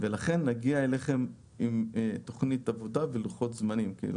לכן, נגיע אליכם עם תוכנית עבודה ולוחות זמנים.